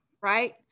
right